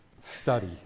study